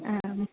ಹಾಂ